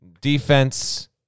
defense